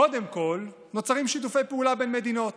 קודם כול נוצרים שיתופי פעולה בין מדינות